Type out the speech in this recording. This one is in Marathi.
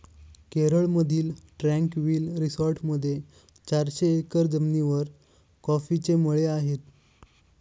केरळमधील ट्रँक्विल रिसॉर्टमध्ये चारशे एकर जमिनीवर कॉफीचे मळे आहेत